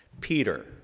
Peter